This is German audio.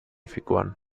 figuren